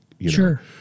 Sure